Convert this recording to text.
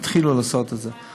התחילו לעשות את זה.